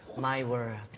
my world